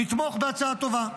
לתמוך בהצעה טובה.